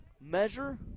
measure